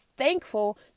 Thankful